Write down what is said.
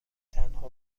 تنها